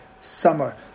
summer